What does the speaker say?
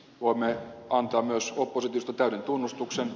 voimme antaa myös oppositiosta täyden tunnustuksen